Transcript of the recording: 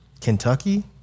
Kentucky